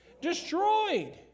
Destroyed